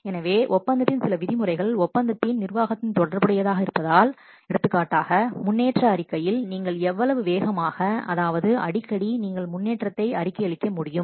எனவே ஒப்பந்தத்தின் சில விதிமுறைகள் ஒப்பந்தத்தின் நிர்வாகத்துடன் தொடர்புடையது எடுத்துக்காட்டாக முன்னேற்ற அறிக்கையில் நீங்கள் எவ்வளவு வேகமாக அதாவது அடிக்கடி நீங்கள் முன்னேற்றத்தை அறிக்கை அளிக்க முடியும்